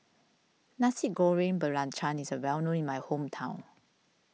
Nasi Goreng Belacan is well known in my hometown